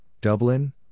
Dublin